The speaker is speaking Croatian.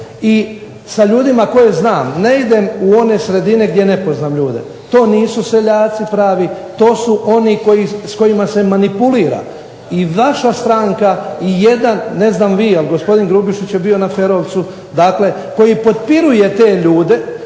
i sa ljudima koje znam, ne idem u one sredine gdje ne poznam ljude, to nisu seljaci pravi, to su oni s kojima se manipulira. I vaša stranka i jedan, ne znam vi jer gospodin Grubišić je bio na …/Ne razumije se./…, dakle koji potpiruje te ljude